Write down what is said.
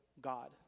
God